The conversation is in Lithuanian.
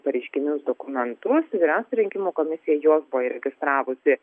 pareiškinius dokumentus vyriausioji rinkimų komisija juos buvo įregistravusi